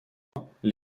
toutefois